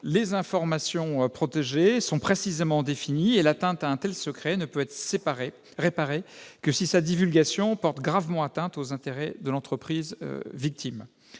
Les informations protégées sont précisément définies, et l'atteinte à un tel secret ne peut être réparée que si sa divulgation porte gravement atteinte aux intérêts de l'entreprise victime.